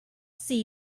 see